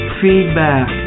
feedback